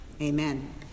Amen